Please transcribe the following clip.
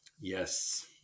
Yes